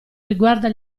riguarda